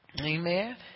Amen